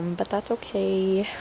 but that's okay,